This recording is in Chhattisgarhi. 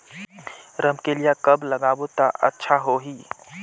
रमकेलिया कब लगाबो ता अच्छा होही?